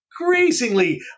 increasingly